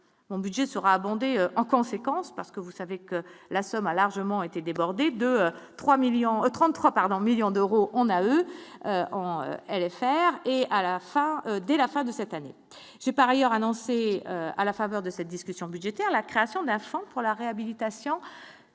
mon budget sera abondé en conséquence parce que vous savez que la somme a largement été débordé de 3 1000033 pardon millions. D'euros on a eux ont fr et à la fin, dès la fin de cette année, j'ai par ailleurs, annoncé à la. Saveurs de cette discussion budgétaire, la création d'un fonds pour la réhabilitation